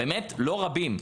באמת לא רבים,